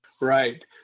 Right